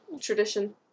tradition